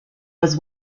was